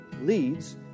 leads